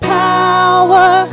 power